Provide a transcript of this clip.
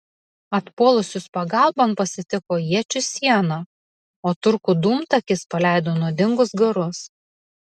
atpuolusius pagalbon pasitiko iečių siena o turkų dūmtakis paleido nuodingus garus